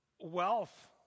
wealth